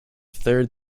third